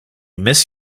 miss